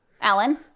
Alan